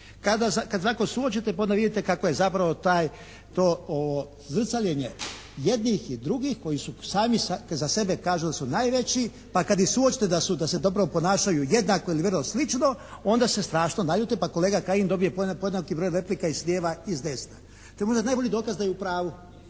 se tako suočite pa onda vidite kako je zapravo to zrcaljenje jednih i drugih koji su sami za sebe kažu da su najveći pa kad ih suočite da se dobro ponašaju jednako ili vrlo slično onda se strašno naljute pa kolega Kajin dobije podjednaki broj replika i s lijeva i s desna. To je možda najbolji dokaz da je u pravu.